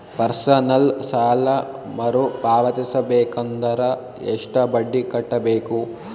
Personal ಸಾಲ ಮರು ಪಾವತಿಸಬೇಕಂದರ ಎಷ್ಟ ಬಡ್ಡಿ ಕಟ್ಟಬೇಕು?